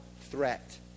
threat